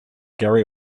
gary